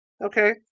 Okay